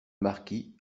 marquis